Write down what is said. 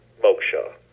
Moksha